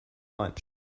lunch